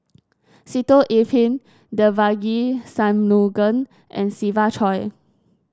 Sitoh Yih Pin Devagi Sanmugam and Siva Choy